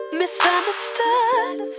misunderstood